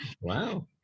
Wow